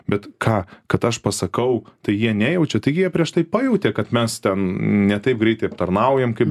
bet ką kad aš pasakau tai jie nejaučia taigi jie prieš tai pajautė kad mes ten ne taip greitai aptarnaujam kaip